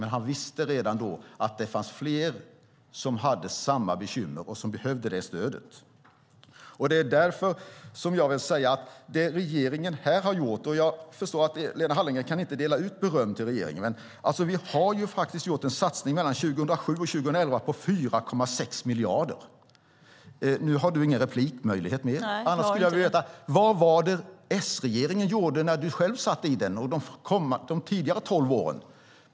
Men han visste redan då att det fanns fler som hade samma bekymmer och som behövde det stödet. Jag förstår att Lena Hallengren inte kan dela ut beröm till regeringen, men vi har gjort en satsning mellan 2007 och 2011 på 4,6 miljarder. Nu har du ingen mer replik, men annars skulle jag vilja veta: Vad var det S-regeringen gjorde när du själv satt i den de tidigare tolv åren?